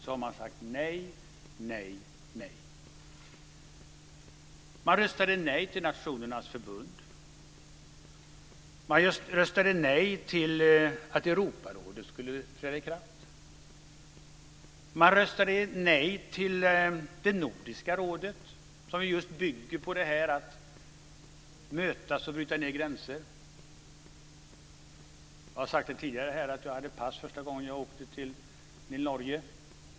De har sagt nej, nej och åter nej. Vänstern röstade nej till Nationernas förbund. Det röstade nej till att Europarådet skulle träda i kraft. Det röstade nej till det Nordiska rådet, som just bygger på att mötas och bryta ned gränser. Jag har tidigare sagt här i kammaren att jag hade pass första gången jag åkte till Norge.